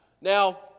Now